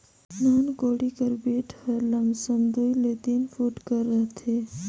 नान कोड़ी कर बेठ हर लमसम दूई ले तीन फुट कर रहथे